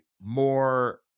more